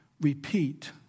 repeat